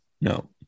no